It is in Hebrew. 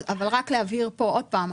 אבל רק להבהיר פה עוד פעם,